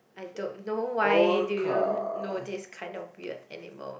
I don't know why do you know this kind of weird animal